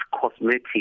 cosmetic